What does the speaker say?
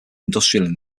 industrially